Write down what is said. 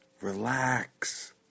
Relax